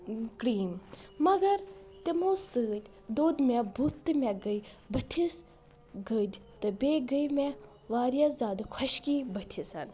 cream مگر تِمو سۭتۍ دوٚد مےٚ بُتھ تہٕ مےٚ گٔے بٕتھِس گٔدۍ تہٕ بیٚیہِ گٔے مےٚ واریاہ زیٛادٕ خۄشکی بٕتھِس